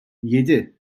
yedi